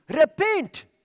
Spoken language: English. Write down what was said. Repent